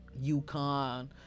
UConn